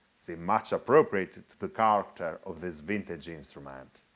seem much appropriate to the character of this vintage instrument.